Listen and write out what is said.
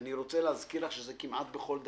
אני רוצה להזכיר לך שזה היה כמעט בכל דבר.